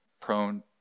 prone